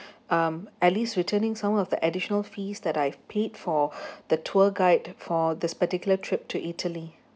um at least returning some of the additional fees that I've paid for the tour guide for this particular trip to italy